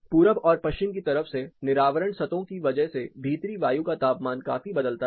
पूरब और पश्चिम की तरफ से निरावरण सतहो की वजह से भीतरी वायु का तापमान काफी बदलता है